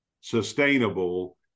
sustainable